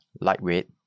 lightweight